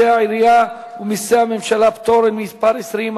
מסי העירייה ומסי הממשלה (פטורין) (מס' 20),